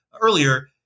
earlier